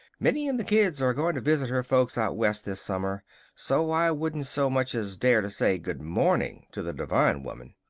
minnie and the kids are going to visit her folks out west this summer so i wouldn't so much as dare to say good morning to the devine woman.